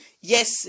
Yes